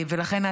לכן,